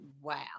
Wow